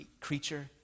creature